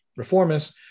reformists